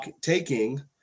taking